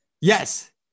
Yes